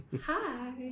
hi